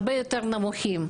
הרבה יותר נמוכים.